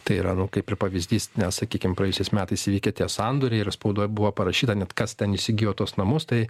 tai yra nu kaip ir pavyzdys ne sakykime praėjusiais metais įvykę tie sandoriai ir spaudoj buvo parašyta net kas ten įsigijo tuos namus tai